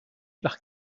par